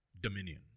dominion